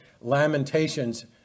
Lamentations